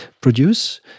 produce